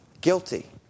guilty